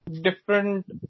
different